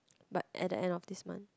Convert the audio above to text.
but at the end of this month